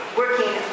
working